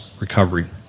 recovery